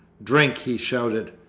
drink! he shouted.